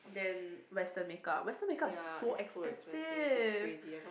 than Western make up Western make up is so expensive